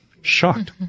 shocked